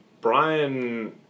Brian